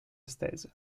estese